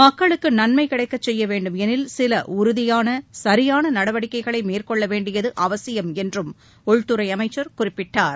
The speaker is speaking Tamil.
மக்களுக்கு நன்மை கிடைக்கச் செய்ய வேண்டுமெளில் சில உறுதியான சரியான நடவடிக்கைகளை மேற்கொள்ள வேண்டியது அவசியம் என்றும் உள்துறை அமைச்சர் குறிப்பிட்டார்